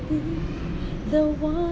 be the one